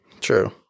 True